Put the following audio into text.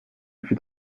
fut